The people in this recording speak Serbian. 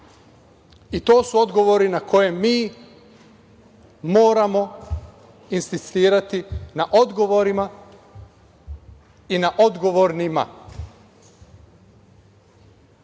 i to su odgovori na koje mi moramo insistirati, na odgovorima i na odgovornima.